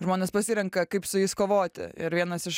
žmonės pasirenka kaip su jais kovoti ir vienas iš